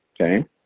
Okay